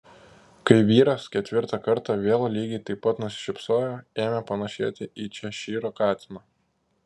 kai vyras ketvirtą kartą vėl lygiai taip pat nusišypsojo ėmė panašėti į češyro katiną